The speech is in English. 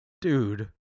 Dude